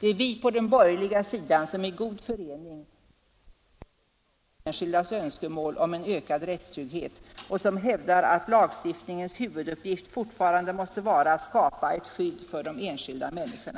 Det är vi på den borgerliga sidan som i god förening företräder de många enskildas önskemål om en ökad rättstrygghet och som hävdar att lagstiftningens huvuduppgift fortfarande måste vara att skapa ett skydd för de enskilda människorna.